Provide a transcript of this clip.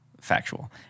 Factual